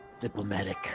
diplomatic